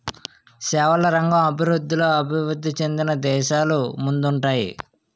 సేవల రంగం అభివృద్ధిలో అభివృద్ధి చెందిన దేశాలు ముందుంటాయి